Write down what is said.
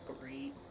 Great